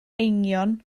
eingion